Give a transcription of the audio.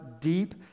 deep